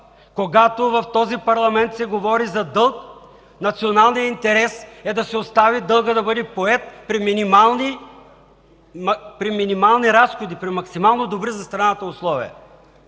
Когато в този парламент се говори за дълг, националният интерес е да се остави дългът да бъде поет при минимални разходи, при максимално добри за страната условия!